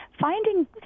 finding